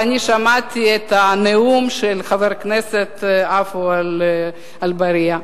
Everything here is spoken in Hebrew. שמעתי את הנאום של חבר הכנסת עפו אגבאריה.